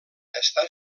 està